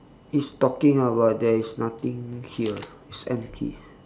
he's talking ah but there is nothing here it's empty